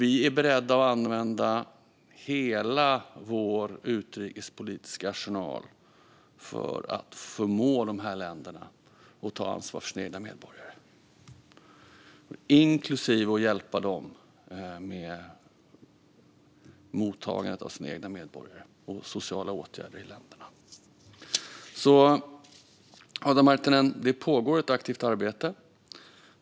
Vi är beredda att använda hela vår utrikespolitiska arsenal för att förmå de här länderna att ta ansvar för sina egna medborgare, inklusive att hjälpa dem med mottagandet av deras egna medborgare och sociala åtgärder i länderna. Det pågår alltså ett aktivt arbete.